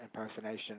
impersonation